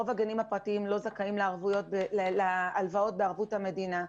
רוב הגנים הפרטיים לא זכאים להלוואות בערבות מדינה.